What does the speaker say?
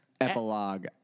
epilogue